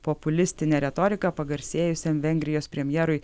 populistine retorika pagarsėjusiam vengrijos premjerui